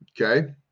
okay